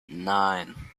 nine